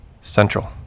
central